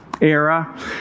era